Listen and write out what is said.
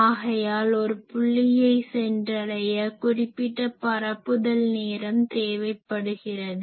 ஆகையால் ஒரு புள்ளியை சென்றடைய குறிப்பிட்ட பரப்புதல் நேரம் தேவை படுகிறது